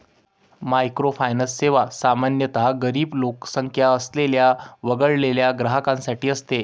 microfinance सेवा सामान्यतः गरीब लोकसंख्या असलेल्या वगळलेल्या ग्राहकांसाठी असते